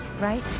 right